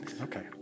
Okay